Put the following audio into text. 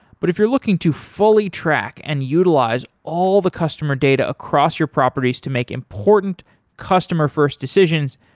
but if you're looking to fully track and utilize all the customer data across your properties to make important customer-first decisions,